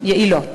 יעילות.